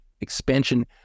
expansion